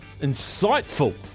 insightful